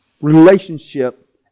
relationship